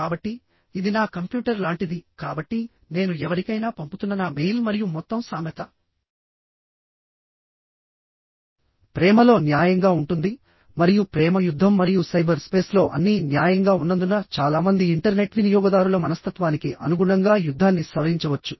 కాబట్టి ఇది నా కంప్యూటర్ లాంటిది కాబట్టి నేను ఎవరికైనా పంపుతున్న నా మెయిల్ మరియు మొత్తం సామెత ప్రేమలో న్యాయంగా ఉంటుంది మరియు ప్రేమ యుద్ధం మరియు సైబర్ స్పేస్లో అన్నీ న్యాయంగా ఉన్నందున చాలా మంది ఇంటర్నెట్ వినియోగదారుల మనస్తత్వానికి అనుగుణంగా యుద్ధాన్ని సవరించవచ్చు